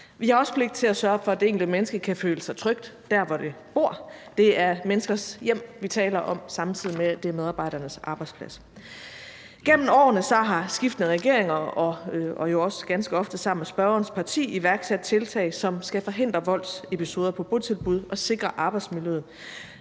Vi har også pligt til at sørge for, at det enkelte menneske kan føle sig trygt der, hvor det bor. Det er menneskers hjem, vi taler om, samtidig med at det er medarbejdernes arbejdsplads. Igennem årene har skiftende regeringer – og jo også ganske ofte sammen med spørgerens parti – iværksat tiltag, som skal forhindre voldsepisoder på botilbud og sikre arbejdsmiljøet,